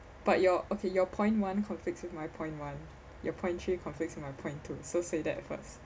but your okay your point one conflicts with my point one your point three conflicts with my point two so say that first